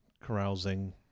carousing